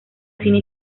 cine